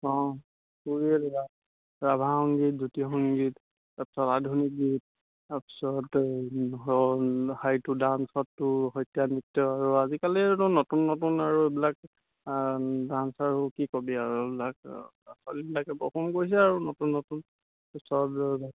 অঁ তোৰ এইয়া ৰাভা সংগীত জ্যোতি সংগীত তাৰপিছত আধুনিক গীত তাৰপিছত হেৰি হাইটো ডান্সত তোৰ সত্ৰীয়া নৃত্য আৰু আজিকালিতো নতুন নতুন আৰু এইবিলাক ডান্স আৰু কি ক'বি আৰু এইবিলাক ছোৱালীবিলাকে পাৰফৰ্ম কৰিছে আৰু নতুন নতুন পিছত তোৰ